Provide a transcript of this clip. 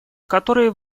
который